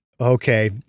Okay